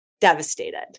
Devastated